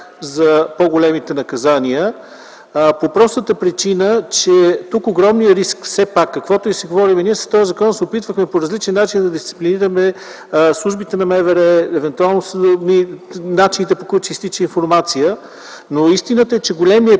за по-големите наказания по простата причина, че тук огромният риск все пак, каквото и да си говорим ние, с този закон се опитвахме по различен начин да дисциплинираме службите на МВР, евентуално начините, по които ще изтича информация. Но истината е, че големият